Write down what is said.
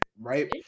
right